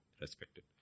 respected